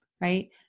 right